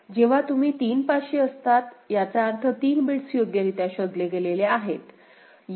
जेव्हा तुम्ही 3 पाशी असतात याचा अर्थ तीन बिट्स योग्यरीत्या शोधले गेलेले आहेत